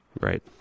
Right